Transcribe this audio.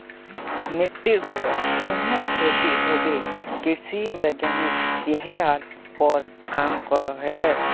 मिटटीर बगैर कन्हे खेती होबे कृषि वैज्ञानिक यहिरार पोर काम करोह